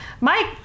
Mike